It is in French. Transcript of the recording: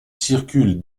circule